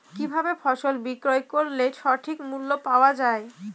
কি ভাবে ফসল বিক্রয় করলে সঠিক মূল্য পাওয়া য়ায়?